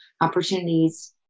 opportunities